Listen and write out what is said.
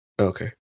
Okay